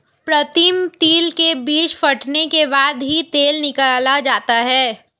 प्रीतम तिल के बीज फटने के बाद ही तेल निकाला जाता है